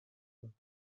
vingts